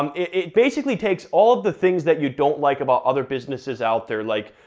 um it basically takes all the things that you don't like about other businesses out there, like,